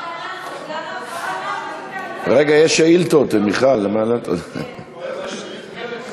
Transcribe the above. הפחתת תוספות פיגור שהתווספו על קנסות פליליים ומינהליים (הוראת שעה),